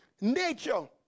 nature